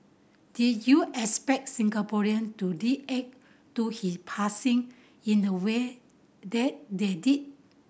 did you expect Singaporean to react to his passing in the way that they did